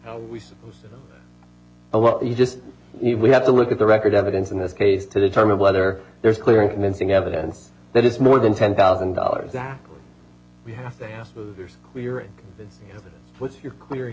just have to look at the record evidence in this case to determine whether there's clear and convincing evidence that it's more than ten thousand dollars that we have with you clear